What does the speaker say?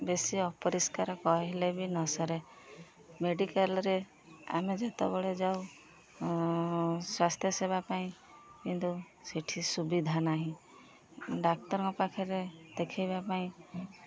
ବେଶୀ ଅପରିଷ୍କାର କହିଲେ ବି ନ ସରେ ମେଡ଼ିକାଲରେ ଆମେ ଯେତେବେଳେ ଯାଉ ସ୍ୱାସ୍ଥ୍ୟ ସେବା ପାଇଁ କିନ୍ତୁ ସେଠି ସୁବିଧା ନାହିଁ ଡାକ୍ତରଙ୍କ ପାଖରେ ଦେଖାଇବା ପାଇଁ